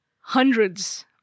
hundreds